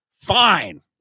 Fine